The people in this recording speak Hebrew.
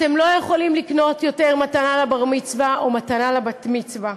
אתם לא יכולים לקנות יותר מתנה לבר-מצווה או מתנה לבת-מצווה.